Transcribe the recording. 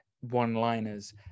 one-liners